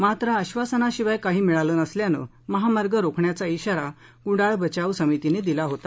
मात्र आश्वासनाशिवाय काही मिळालं नसल्यानं महामार्ग रोखण्याचा इशारा कुडाळ बचाव समितीने दिला होता